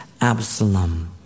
Absalom